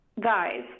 guys